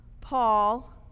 Paul